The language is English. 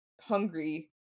hungry